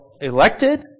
elected